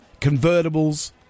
convertibles